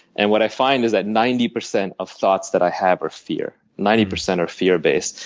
and what i find is that ninety percent of thoughts that i have are fear. ninety percent are fear based.